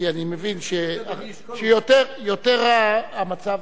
כי אני מבין שיותר רע המצב,